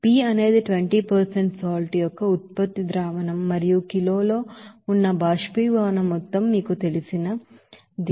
P అనేది 20 ఉప్పు యొక్క ప్రోడక్ట్ సొల్యూషన్ మరియు కిలోలో ఉన్న వ్యాపారిజాషన్ అమౌంట్ మీకు తెలిసిన ది